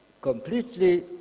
completely